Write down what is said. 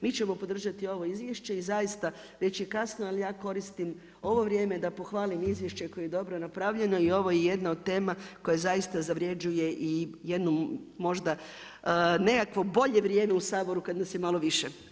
Mi ćemo podržati ovo izvješće i zaista, već je kasno, ali ja koristim ovo vrijeme da pohvalim izvješće koje je dobro napravljeno i ovo je jedna od tema koja zaista zavrjeđuje i jednu možda nekakvo bolje vrijeme u Saboru kad nas je malo više.